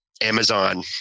Amazon